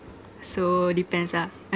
so depends ah